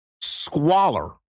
Squalor